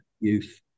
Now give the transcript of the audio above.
youth